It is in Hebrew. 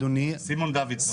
אדוני --- סימון דוידסון.